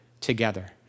together